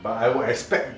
but I would expect